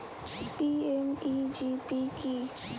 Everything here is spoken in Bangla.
পি.এম.ই.জি.পি কি?